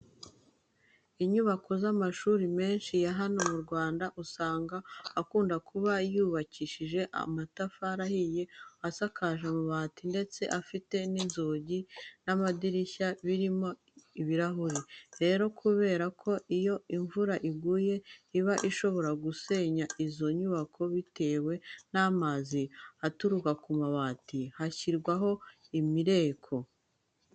Inyubako z'amashuri menshi ya hano mu Rwanda usanga akunda kuba yubakishije amatafari ahiye, asakaje amabati ndetse afite n'inzugi n'amadirishya birimo ibirahure. Rero kubera ko iyo imvura iguye iba ishobora gusenya izo nyubako bitiwe n'amazi aturuka ku mabati hashyirwaho imireko.